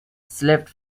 slept